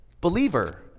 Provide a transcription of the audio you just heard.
Believer